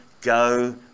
go